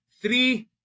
three